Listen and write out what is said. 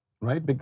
right